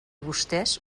vostès